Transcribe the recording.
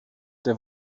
der